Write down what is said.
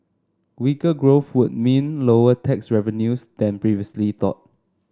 weaker growth would mean lower tax revenues than previously thought